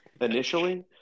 initially